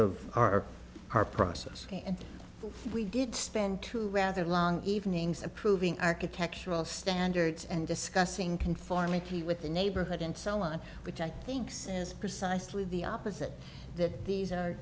process and we did spend two rather long evenings approving architectural standards and discussing conformity with the neighborhood and so on which i think says precisely the opposite that these are